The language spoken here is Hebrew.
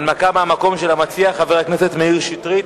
הנמקה מהמקום של המציע, חבר הכנסת מאיר שטרית.